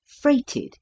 freighted